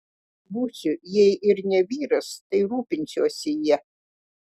būsiu jei ir ne vyras tai rūpinsiuosi ja